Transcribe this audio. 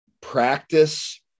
practice